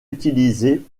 utilisé